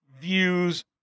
views